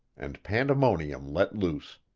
and pandemonium let loose.